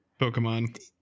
Pokemon